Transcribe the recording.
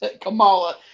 Kamala